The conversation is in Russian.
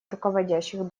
руководящих